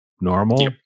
normal